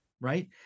Right